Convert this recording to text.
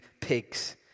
pigs